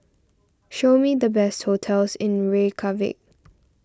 show me the best hotels in Reykjavik